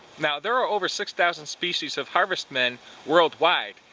now there are over six thousand species of harvestmen worldwide.